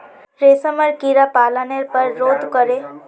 रेशमेर कीड़ा पालनेर पर शोध करे वहार तने कृत्रिम खाना भी तैयार कराल गेल छे